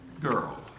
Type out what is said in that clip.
girl